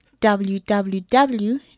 www